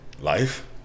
life